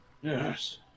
Yes